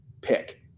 pick